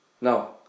No